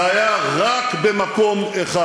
זה היה רק במקום אחד,